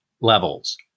levels